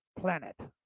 planet